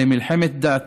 למלחמת דת